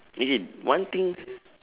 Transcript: okay one thing